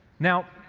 now,